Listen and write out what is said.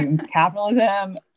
capitalism